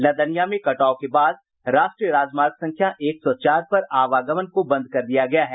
लदनिया में कटाव के बाद राष्ट्रीय राजमार्ग संख्या एक सौ चार पर आवागमन को बंद कर दिया गया है